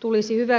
tulisi hyväksytyksi